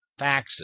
faxes